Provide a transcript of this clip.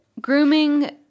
grooming